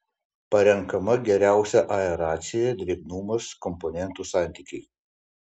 parenkama geriausia aeracija drėgnumas komponentų santykiai